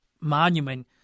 monument